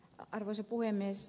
arvoisa puhemies